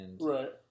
Right